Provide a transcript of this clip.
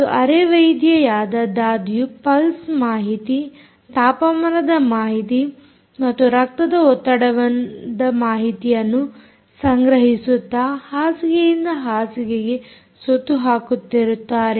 ಹಾಗೂ ಅರೆ ವೈದ್ಯೆಯಾದ ದಾದಿಯು ಪಲ್ಸ್ ಮಾಹಿತಿ ತಾಪಮಾನದ ಮಾಹಿತಿ ಮತ್ತು ರಕ್ತದ ಒತ್ತಡದ ಮಾಹಿತಿಯನ್ನು ಸಂಗ್ರಹಿಸುತ್ತಾ ಹಾಸಿಗೆಯಿಂದ ಹಾಸಿಗೆಗೆ ಸುತ್ತು ಹಾಕುತ್ತಿರುತ್ತಾರೆ